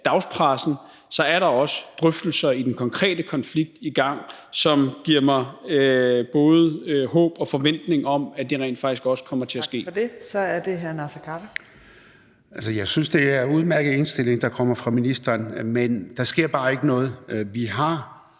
dagspressen, er der også drøftelser i den konkrete konflikt i gang, som giver mig både håb og forventning om, at det rent faktisk også kommer til at ske. Kl. 14:44 Fjerde næstformand (Trine Torp): Tak for det. Så er det hr. Naser Khader. Kl. 14:44 Naser Khader (KF): Jeg synes, det er en udmærket indstilling, der kommer fra ministerens side, men der sker bare ikke noget. Vi har